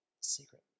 secret